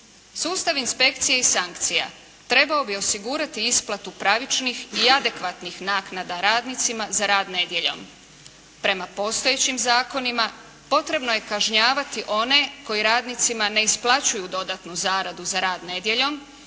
Sustav inspekcija i sankcija trebao bi osigurati isplatu pravičnih i adekvatnih naknada radnicima za rad nedjeljom. Prema postojećim zakonima potrebno je kažnjavati one koji radnicima ne isplaćuju dodatnu zaradu za rad nedjeljom